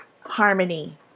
harmony